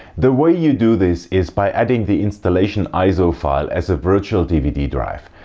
the way you do this is by adding the installation iso file as a virtual dvd drive,